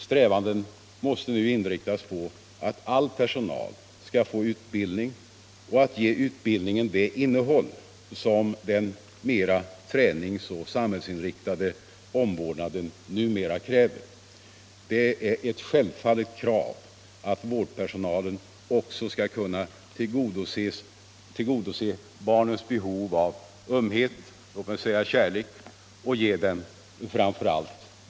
Strävandena måste nu inriktas på att ge all personal utbildning och att ge utbildningen det innehåll som den mera träningsoch samhällsinriktade omvårdnaden numera kräver.